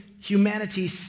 humanity